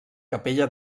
capella